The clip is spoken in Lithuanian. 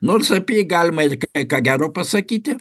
nors apie jį galima ir kai ką gero pasakyti